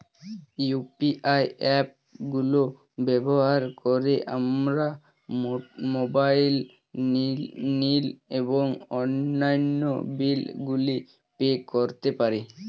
UPI app গুলো ব্যবহার করে আমরা মোবাইল নিল এবং অন্যান্য বিল গুলি পে করতে পারি